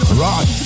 rock